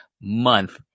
month